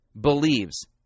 believes